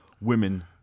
Women